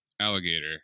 alligator